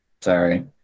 Sorry